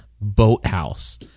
Boathouse